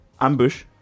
Ambush